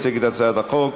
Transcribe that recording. יציג את הצעת החוק